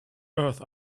earth